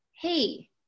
hey